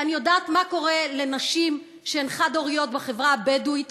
ואני יודעת מה קורה לנשים שהן חד-הוריות בחברה הבדואית,